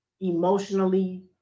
emotionally